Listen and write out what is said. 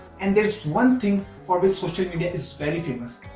and there's one thing for which social media is very famous.